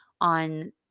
on